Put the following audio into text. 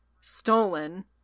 stolen